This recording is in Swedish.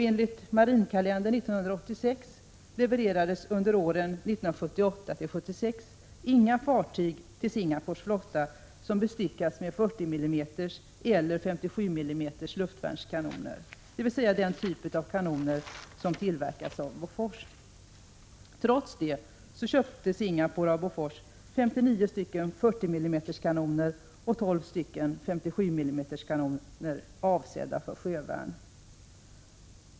Enligt Marinkalendern 1986 levererades under åren 1978-1986 inga fartyg till Singapores flotta som bestyckas med 40 mm eller 57 mm luftvärnskanoner, dvs. den typ av kanoner som tillverkas av Bofors. Trots det köpte Singapore 59 stycken 40 mm kanoner och tolv stycken 57 mm kanoner avsedda för sjövärn av Bofors.